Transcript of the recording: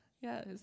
Yes